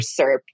SERP